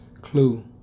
clue